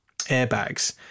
airbags